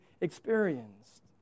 experienced